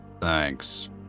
Thanks